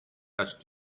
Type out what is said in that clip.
touched